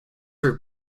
for